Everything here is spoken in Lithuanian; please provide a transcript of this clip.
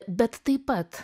bet taip pat